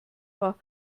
war